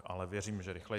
Ale věřím, že rychleji.